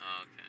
okay